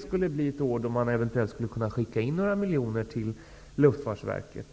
skulle bli ett år då man eventuellt skulle kunna skicka in några miljoner till Luftfartsverket.